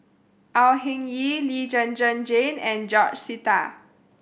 Au Hing Yee Lee Zhen Zhen Jane and George Sita